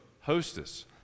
Hostess